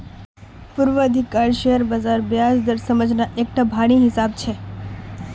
पूर्वाधिकारी शेयर बालार ब्याज दर समझना एकटा भारी हिसाब छै